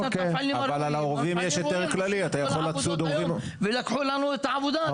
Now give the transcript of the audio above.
יש את המפעלים הראויים והמפעלים הראויים לקחו לנו את העבודה.